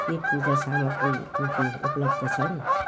के पूजा सामग्री कुकी उपलब्ध छन्